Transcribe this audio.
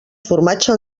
formatge